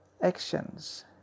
actions